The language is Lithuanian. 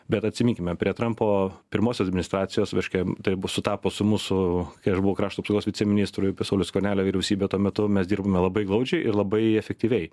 bet atsiminkime prie trampo pirmosios administracijos reiškia tai bus sutapo su mūsų kai aš buvau krašto apsaugos viceministru sauliaus skvernelio vyriausybė tuo metu mes dirbome labai glaudžiai ir labai efektyviai